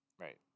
Right